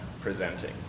presenting